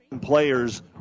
players